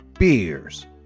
beers